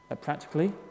Practically